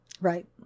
Right